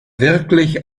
wirklich